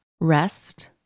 rest